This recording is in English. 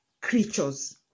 creatures